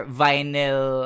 vinyl